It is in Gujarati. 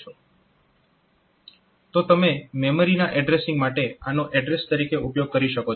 તો તમે મેમરીના એડ્રેસીંગ માટે આનો એડ્રેસ તરીકે ઉપયોગ કરી શકો છો